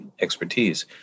expertise